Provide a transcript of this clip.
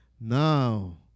Now